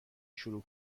شروع